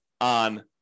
on